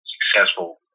successful